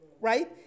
right